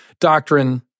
doctrine